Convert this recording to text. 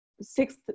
six